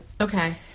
okay